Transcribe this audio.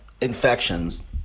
infections